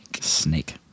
Snake